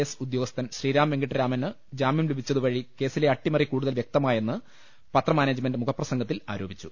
S ഉദ്യോഗസ്ഥൻ ശ്രീരാം വെങ്കിട്ടരാമന് ജാമ്യം ലഭിച്ചതു വഴി കേസിലെ അട്ടിമറി കൂടുതൽ വ്യക്തമായെന്ന് പത്രമാനേജ്മെന്റ് മുഖപ്രസംഗത്തിൽ ആരോപിച്ചു